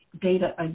data